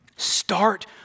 Start